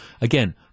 again